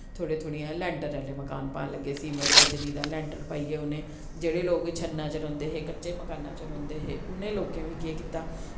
थोह्ड़े थोह्ड़ियां लैंटर आह्ले मकान पान लग्गे सीमैंट बज्जरी दा लैंटर पाईयै उने जेह्ड़े लोग शन्नां च रौंह्दे हे कच्चे मकानां च रौंह्दे हे उनें लोकें बी केह् कीता